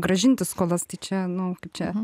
grąžinti skolas tai čia nu kaip čia